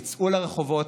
תצאו לרחובות,